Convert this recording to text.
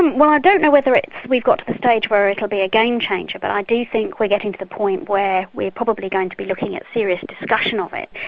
well i don't know whether it's, we've got to the stage where it'll be a game changer but i do think we're getting to the point where we're probably going to be looking at serious discussion of it.